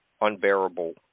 unbearable